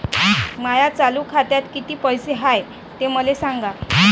माया चालू खात्यात किती पैसे हाय ते मले सांगा